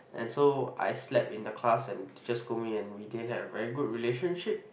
and so I slept in the class and teacher scold me and we didn't have a very good relationship